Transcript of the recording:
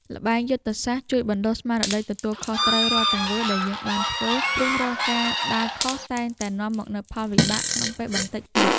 ល្បែងយុទ្ធសាស្ត្រជួយបណ្ដុះស្មារតីទទួលខុសត្រូវរាល់ទង្វើដែលយើងបានធ្វើព្រោះរាល់ការដើរខុសតែងតែនាំមកនូវផលវិបាកក្នុងពេលបន្តិចទៀត។